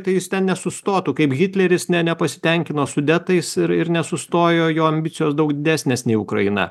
tai jis ten nesustotų kaip hitleris ne nepasitenkino sudetais ir ir nesustojo jo ambicijos daug didesnės nei ukraina